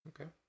Okay